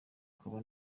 akaba